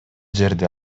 жерде